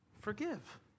forgive